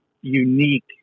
unique